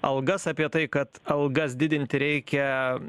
algas apie tai kad algas didinti reikia